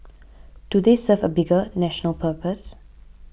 do they serve a bigger national purpose